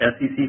SEC